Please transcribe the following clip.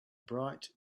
bright